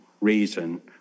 reason